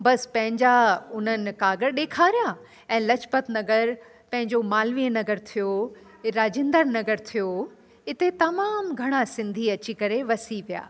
बसि पंहिंजा उन्हनि काॻर ॾेखारिया ऐं लाजपत नगर पंहिंजो मालवीय नगर थियो राजेंद्र नगर थियो इते तमामु घणा सिंधी अची करे वसी पियां